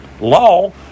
Law